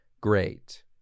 great